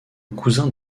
cousin